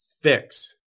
fix